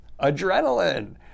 adrenaline